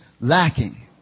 lacking